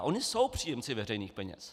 Ony jsou příjemci veřejných peněz.